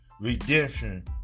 redemption